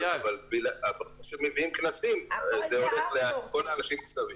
אבל כשמביאים כנסים זה הולך לכל האנשים מסביב.